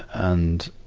and,